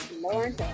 Lauren